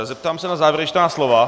Zeptám se na závěrečná slova.